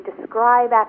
describe